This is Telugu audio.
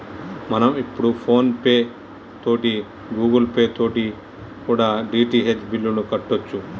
మనం ఇప్పుడు ఫోన్ పే తోటి గూగుల్ పే తోటి కూడా డి.టి.హెచ్ బిల్లుని కట్టొచ్చు